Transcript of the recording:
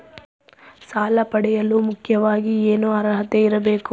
ಸಾಲ ಪಡೆಯಲು ಮುಖ್ಯವಾಗಿ ಏನು ಅರ್ಹತೆ ಇರಬೇಕು?